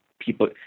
people